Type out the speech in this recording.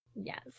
yes